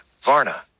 Varna